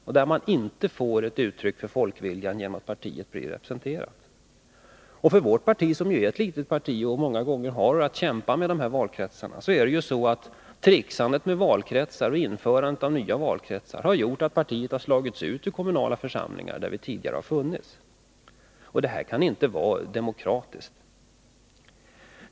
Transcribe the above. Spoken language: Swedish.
Där får man inte ett uttryck för folkviljan, eftersom partierna inte blir representerade i den kommunala församlingen. Tricksandet med valkretsar och införandet av nya sådana har gjort att vårt parti, som ju är ett litet parti och som många gånger har att kämpa med dessa valkretsar, har slagits ut ur kommunala församlingar där det tidigare har varit representerat. Detta kan inte vara demokratiskt.